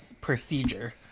procedure